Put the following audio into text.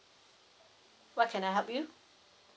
what can I help you